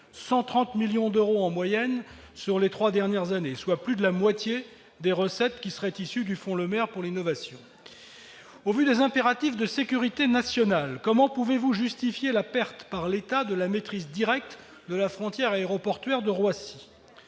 130 millions d'euros en moyenne sur les trois dernières années, soit plus de la moitié des recettes qui seraient issues du « fonds Le Maire » pour l'innovation ? Au vu des impératifs de sécurité nationale, comment peut-il justifier la perte par l'État de la maîtrise directe de la frontière aéroportuaire de Roissy ?